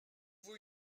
vous